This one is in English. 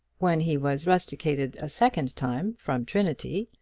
when he was rusticated a second time from trinity,